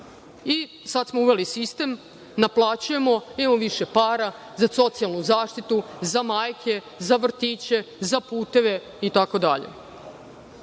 Sada smo uveli sistem, naplaćujemo, imamo više para za socijalnu zaštitu, za majke, za vrtiće, za puteve